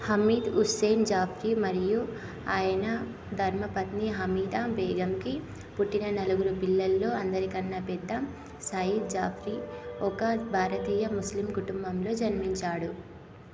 హమీద్ హుస్సేన్ జాఫ్రీ మరియు ఆయన ధర్మపత్ని హమీదా బేగమ్కి పుట్టిన నలుగురు పిల్లల్లో అందరికన్నా పెద్ద సయీద్ జాఫ్రీ ఒక భారతీయ ముస్లిం కుటుంబంలో జన్మించాడు